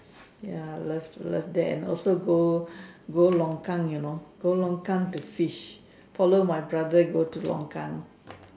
ya love to love that and also go go longkang you know go longkang to fish follow my brother go to longkang